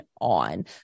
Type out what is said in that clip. on